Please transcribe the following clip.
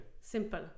Simple